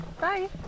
Bye